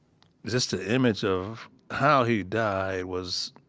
just the image of how he died was,